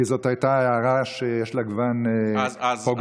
כי זאת הייתה הערה שיש לה גוון פוגעני,